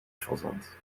fazant